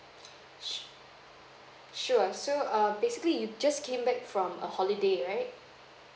s~ sure so err basically you just came back from a holiday right